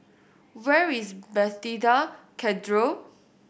where is Bethesda Cathedral